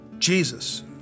Jesus